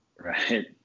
Right